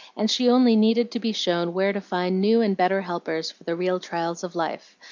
and she only needed to be shown where to find new and better helpers for the real trials of life,